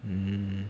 mm